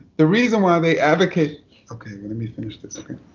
the reason why they advocated okay, let me finish this, okay?